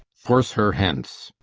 force her hence!